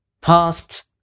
past